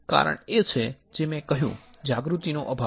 કારણ એ છે જે મેં કહ્યું જાગૃતિનો અભાવ